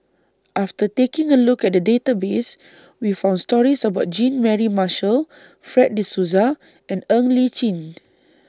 after taking A Look At The Database We found stories about Jean Mary Marshall Fred De Souza and Ng Li Chin